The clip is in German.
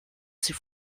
sie